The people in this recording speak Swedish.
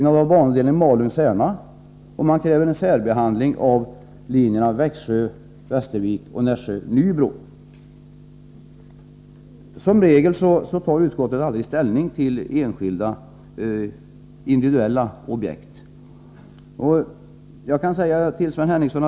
I regel tar utskottet aldrig ställning till individuella objekt.